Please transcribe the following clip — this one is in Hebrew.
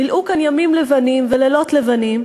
מילאו כאן ימים לבנים ולילות לבנים